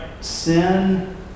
Sin